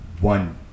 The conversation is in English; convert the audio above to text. one